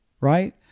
right